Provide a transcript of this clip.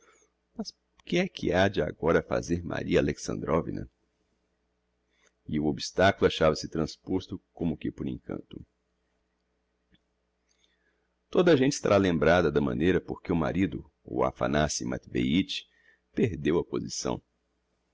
mas que é que ha de agora fazer maria alexandrovna e o obstaculo achava-se transposto como que por encanto toda a gente estará lembrada da maneira porque o marido o aphanassi matveich perdeu a posição